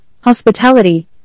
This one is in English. hospitality